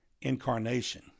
incarnation